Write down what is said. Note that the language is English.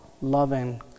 loving